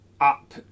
up